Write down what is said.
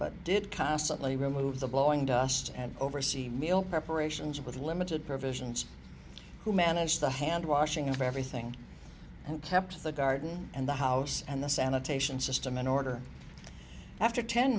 but did constantly remove the blowing dust and oversee meal preparations with limited provisions who managed the hand washing of everything and kept the garden and the house and the sanitation system in order after ten